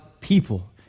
people